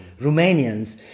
Romanians